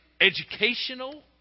educational